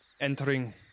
entering